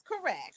correct